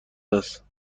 است